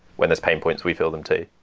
when there's pain points, we feel them too.